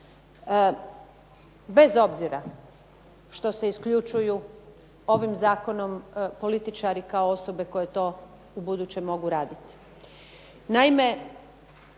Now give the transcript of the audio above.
bez obzira što se isključuju ovim zakonom političari kao osobe koje to ubuduće mogu raditi.